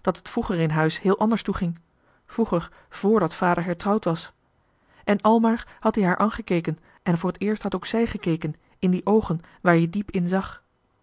dat et vroeger in huis heel anders toeging vroeger vrdat vader hertrouwd was en almaar had ie haar angekeken en voor het eerst had ook zij gekeken in die oogen waar je diep in zag